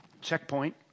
Checkpoint